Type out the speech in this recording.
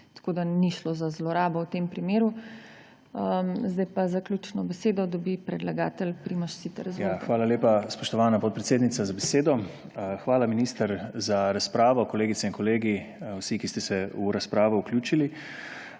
Tako da ni šlo za zlorabo v tem primeru. Zdaj pa zaključno besedo dobi predlagatelj Primož Siter. Izvolite. PRIMOŽ SITER (PS Levica): Hvala lepa, spoštovana podpredsednica, za besedo. Hvala minister za razpravo, kolegice in kolegi, vsi, ki ste se v razpravo vključili.